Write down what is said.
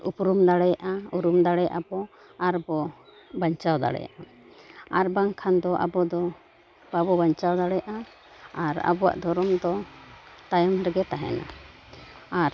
ᱩᱯᱨᱩᱢ ᱫᱟᱲᱮᱭᱟᱜᱼᱟ ᱩᱨᱩᱢ ᱫᱟᱲᱮᱭᱟᱜᱼᱟ ᱵᱚ ᱟᱨ ᱵᱚ ᱵᱟᱧᱪᱟᱣ ᱫᱟᱲᱮᱭᱟᱜᱼᱟ ᱟᱨ ᱵᱟᱝᱠᱷᱟᱱ ᱫᱚ ᱟᱵᱚ ᱫᱚ ᱵᱟᱵᱚ ᱵᱟᱧᱪᱟᱣ ᱫᱟᱲᱮᱭᱟᱜᱼᱟ ᱟᱨ ᱟᱵᱚᱣᱟᱜ ᱫᱷᱚᱨᱚᱢ ᱫᱚ ᱛᱟᱭᱚᱢ ᱨᱮᱜᱮ ᱛᱟᱦᱮᱱᱟ ᱟᱨ